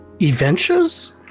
Adventures